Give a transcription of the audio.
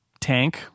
tank